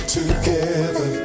together